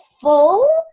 full